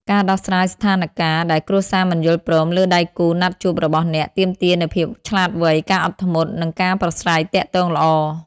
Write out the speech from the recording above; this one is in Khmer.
ការដោះស្រាយស្ថានការណ៍ដែលគ្រួសារមិនយល់ព្រមលើដៃគូណាត់ជួបរបស់អ្នក ទាមទារនូវភាពឆ្លាតវៃ ការអត់ធ្មត់ និងការប្រាស្រ័យទាក់ទងល្អ។